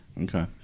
Okay